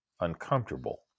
uncomfortable